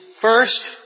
first